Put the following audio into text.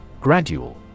Gradual